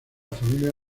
familia